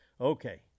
Okay